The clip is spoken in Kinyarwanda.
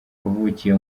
wavukiye